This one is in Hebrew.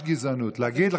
סליחה.